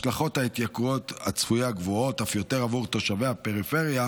השלכות ההתייקרויות הצפויה גבוהות אף יותר עבור תושבי הפריפריה,